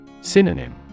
Synonym